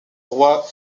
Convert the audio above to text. roi